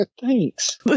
Thanks